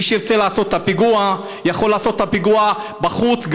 מי שירצה לעשות את הפיגוע יכול לעשות את הפיגוע בחוץ,